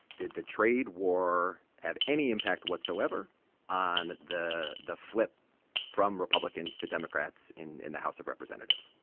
did the trade war have any impact whatsoever on the the flip from republicans to democrats in in the house of representatives?